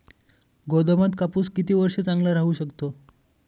गोदामात कापूस किती वर्ष चांगला राहू शकतो?